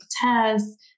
test